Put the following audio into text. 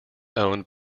owned